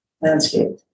landscape